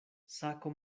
sako